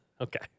okay